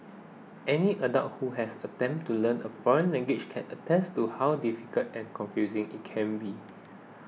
any adult who has attempted to learn a foreign language can attest to how difficult and confusing it can be